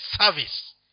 service